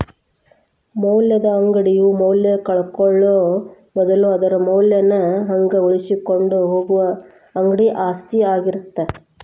ಮೌಲ್ಯದ ಅಂಗಡಿಯು ಮೌಲ್ಯನ ಕಳ್ಕೊಳ್ಳೋ ಬದ್ಲು ಅದರ ಮೌಲ್ಯನ ಹಂಗ ಉಳಿಸಿಕೊಂಡ ಹೋಗುದ ಅಂಗಡಿ ಆಸ್ತಿ ಆಗಿರತ್ತ